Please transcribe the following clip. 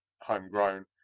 homegrown